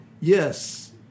yes